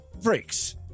Freaks